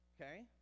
okay